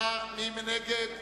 מי נגד?